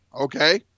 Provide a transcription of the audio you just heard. okay